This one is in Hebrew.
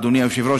אדוני היושב-ראש,